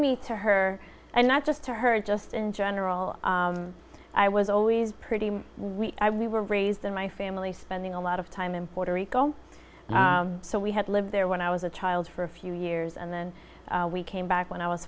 me to her and not just to her just in general i was always pretty we were raised in my family spending a lot of time in puerto rico so we had lived there when i was a child for a few years and then we came back when i was